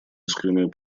искреннюю